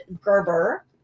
gerber